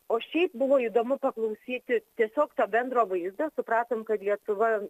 o šiaip buvo įdomu paklausyti tiesiog to bendro vaizdą supratom kad lietuva